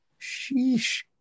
Sheesh